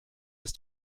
ist